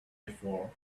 before